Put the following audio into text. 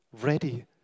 ready